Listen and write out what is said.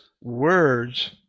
words